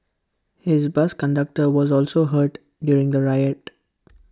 his bus conductor was also hurt during the riot